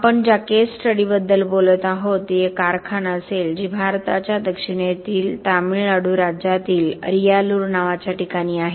आपण ज्या केस स्टडीबद्दल बोलत आहोत ती एक कारखानाअसेल जी भारताच्या दक्षिणेकडील तामिळनाडू राज्यातील अरियालूर नावाच्या ठिकाणी आहे